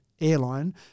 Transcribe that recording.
airline